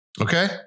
Okay